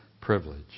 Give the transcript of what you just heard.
privilege